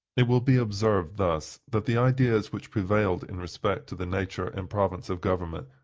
it will be observed, thus, that the ideas which prevailed in respect to the nature and province of government,